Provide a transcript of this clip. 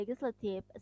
legislative